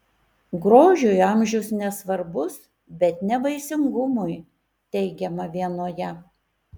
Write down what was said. grožiui amžius nesvarbus bet ne vaisingumui teigiama vienoje